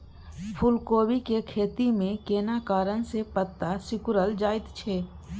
फूलकोबी के खेती में केना कारण से पत्ता सिकुरल जाईत छै?